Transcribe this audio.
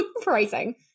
pricing